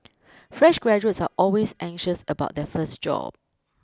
fresh graduates are always anxious about their first job